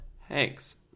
Hanks